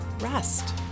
rest